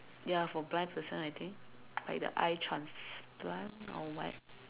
ya for blind person I think like the eye transplant or what